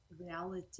reality